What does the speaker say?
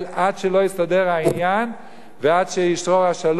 עד שלא יסתדר העניין ועד שישרור השלום,